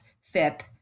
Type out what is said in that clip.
FIP